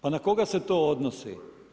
Pa na koga se to odnosi?